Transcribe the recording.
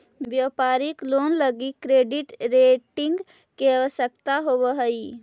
व्यापारिक लोन लगी credit rating के आवश्यकता होवऽ हई